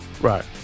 Right